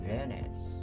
Venice